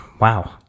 Wow